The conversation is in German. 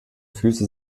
füße